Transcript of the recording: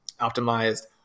optimized